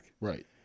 Right